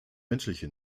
menschliche